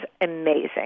amazing